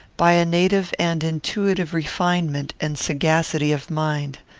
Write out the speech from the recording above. by a native and intuitive refinement and sagacity of mind.